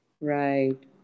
Right